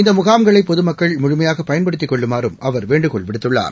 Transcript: இந்தமுகாம்களைபொதுமக்கள் முழுமையாகபயன்படுத்திக் கொள்ளுமாறுஅவர் வேன்டுகோள் விடுத்துள்ளார்